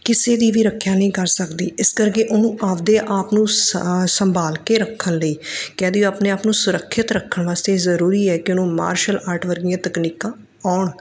ਕਿਸੇ ਦੀ ਵੀ ਰੱਖਿਆ ਨਹੀਂ ਕਰ ਸਕਦੀ ਇਸ ਕਰਕੇ ਉਹਨੂੰ ਆਪਣੇ ਆਪ ਨੂੰ ਸਾ ਸੰਭਾਲ ਕੇ ਰੱਖਣ ਲਈ ਕਹਿ ਦੇਈਏ ਆਪਣੇ ਆਪ ਨੂੰ ਸੁਰੱਖਿਅਤ ਰੱਖਣ ਵਾਸਤੇ ਜ਼ਰੂਰੀ ਹੈ ਕਿ ਉਹਨੂੰ ਮਾਰਸ਼ਲ ਆਰਟ ਵਰਗੀਆਂ ਤਕਨੀਕਾਂ ਆਉਣ